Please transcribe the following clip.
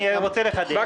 אני רוצה לחדד.